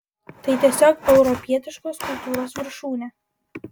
tai tiesiog europietiškos kultūros viršūnė